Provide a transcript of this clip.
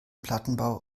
plattenbau